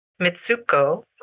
Mitsuko